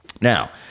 now